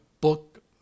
book